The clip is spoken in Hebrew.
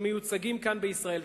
שמיוצגים כאן בישראל.